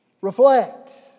reflect